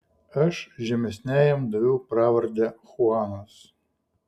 aš žemesniajam daviau pravardę chuanas